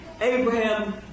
Abraham